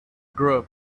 group